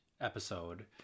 episode